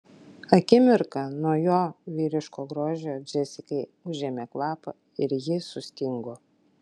akimirką nuo jo vyriško grožio džesikai užėmė kvapą ir ji sustingo